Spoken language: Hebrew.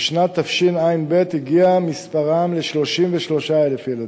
בשנת תשע"ב הגיע מספרם ל-33,000 ילדים.